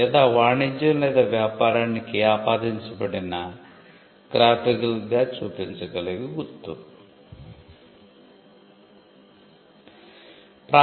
లేదా వాణిజ్యం లేదా వ్యాపారానికి ఆపాదించబడిన గ్రాఫికల్ గా చూపించగలిగే గుర్తు"